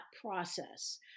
process